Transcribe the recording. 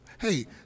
Hey